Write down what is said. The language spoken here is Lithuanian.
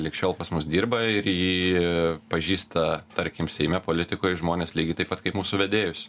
lig šiol pas mus dirba ir jį pažįsta tarkim seime politikoj žmonės lygiai taip pat kaip mūsų vedėjus